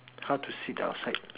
how to see the outside